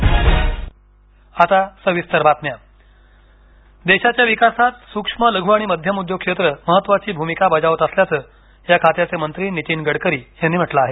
MSAE देशाच्या विकासात सूक्ष्म लघू आणि मध्यम उद्योग क्षेत्र महत्त्वाची भूमिका बजावत असल्याचं या खात्याचे मंत्री नीतीन गडकरी यांनी म्हटलं आहे